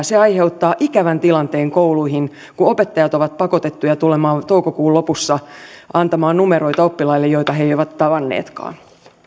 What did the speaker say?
se aiheuttaa ikävän tilanteen kouluihin kun opettajat ovat pakotettuja tulemaan toukokuun lopussa antamaan numeroita oppilaille joita he eivät ole tavanneetkaan